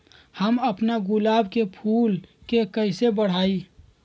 हम अपना गुलाब के फूल के कईसे बढ़ाई?